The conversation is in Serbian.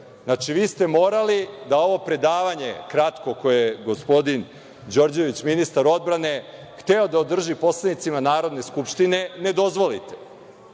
svetu. Vi ste morali da ovo predavanje kratko koje je gospodin Đorđević, ministar odbrane, hteo da održi poslanicima Narodne skupštine ne dozvolite,